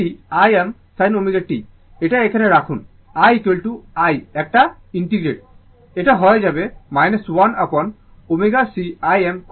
আর এটি Im sin ω t এটা এখানে রাখুন i i একটা ইন্টিগ্রেট এটা হয়ে যাবে 1 অ্যাপন ω c Im cos ω t v